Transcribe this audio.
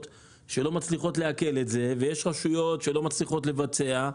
שלא מצליחות לעכל את זה ויש רשויות שלא מצליחות לבצע.